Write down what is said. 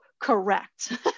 correct